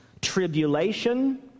tribulation